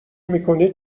میکنی